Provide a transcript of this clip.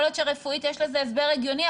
יכול להיות שרפואית יש לזה הסבר הגיוני,